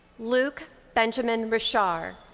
luke benjamin roshar.